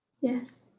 Yes